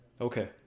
Okay